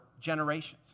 generations